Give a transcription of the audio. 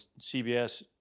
CBS